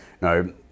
No